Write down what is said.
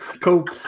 cool